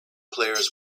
players